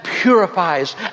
purifies